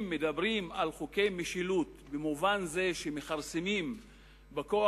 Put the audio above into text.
אם מדברים על חוקי משילות במובן זה שמכרסמים בכוח